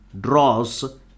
draws